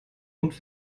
und